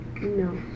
No